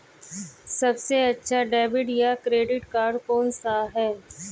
सबसे अच्छा डेबिट या क्रेडिट कार्ड कौन सा है?